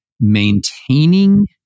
maintaining